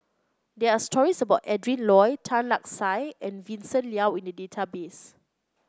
there're stories about Adrin Loi Tan Lark Sye and Vincent Leow in the database